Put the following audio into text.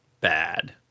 bad